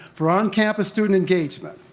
for on-campus student engagement.